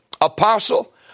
apostle